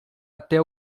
até